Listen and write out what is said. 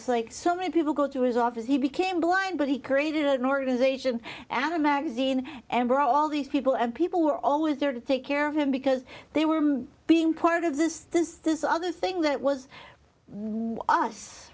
like so many people go to his office he became blind but he created an organization and a magazine and brought all these people and people were always there to take care of him because they were being part of this is this other thing that was